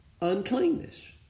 uncleanness